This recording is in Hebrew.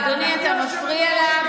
גברתי היושבת-ראש, אדוני, אתה מפריע לה.